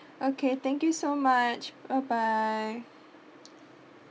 okay thank you so much bye bye